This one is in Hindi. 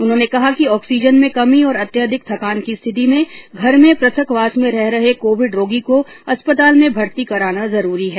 उन्होंने कहा कि ऑक्सीजन में कमी और अत्यधिक थकान की स्थिति में घर में पथकवास में रह रहे कोविड रोगी को अस्पताल में भर्ती कराना जरूरी है